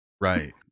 Right